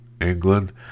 England